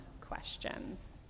questions